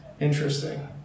Interesting